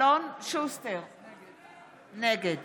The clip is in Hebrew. נגד